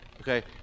okay